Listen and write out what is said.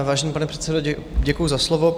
Vážený pane předsedo, děkuji za slovo.